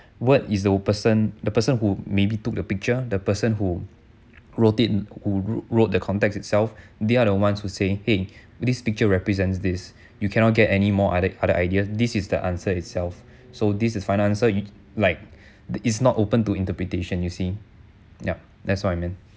word is the person the person who maybe took the picture the person who wrote it who wrote the context itself they are the ones who say !hey! this picture represents this you cannot get any more other other ideas this is the answer itself so this is final answer like is not open to interpretation you see yup that's what I meant